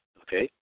okay